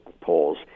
polls